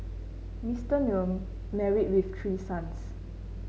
Mister Nguyen married with three sons